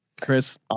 Chris